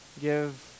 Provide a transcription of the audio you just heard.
Give